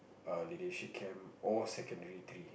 err leadership camp or secondary three